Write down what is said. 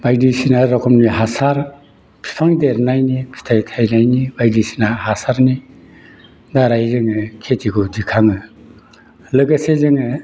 बायदिसिना रोखोमनि हासार बिफां देरनायनि फिथाइ थायनायनि बायदिसिना हासारनि दाराय जोङो खितिखौ दिखाङो लोगोसे जोङो